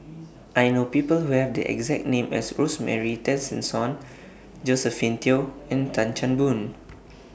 I know People Who Have The exact name as Rosemary Tessensohn Josephine Teo and Tan Chan Boon